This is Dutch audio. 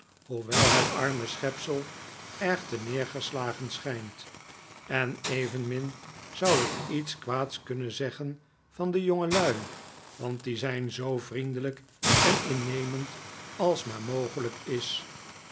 hoewel het arme schepsel erg terneergeslagen schijnt en evenmin zou ik iets kwaads kunnen zeggen van de jongelui want die zijn zoo vriendelijk en innemend als maar mogelijk is